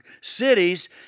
cities